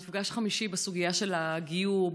מפגש חמישי בסוגיית הגיור,